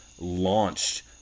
launched